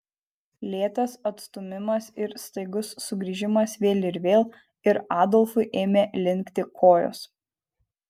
lėtas atstūmimas ir staigus sugrįžimas vėl ir vėl ir adolfui ėmė linkti kojos